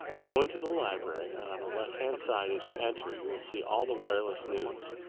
go into the library, and on the left-hand side as you enter you will see all the wireless news.